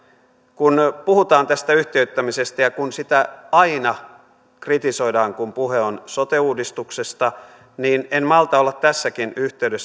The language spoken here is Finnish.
kun puhutaan tästä yhtiöittämisestä ja kun sitä aina kritisoidaan kun puhe on sote uudistuksesta niin en malta olla tässäkin yhteydessä kysymättä